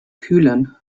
kühlen